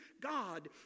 God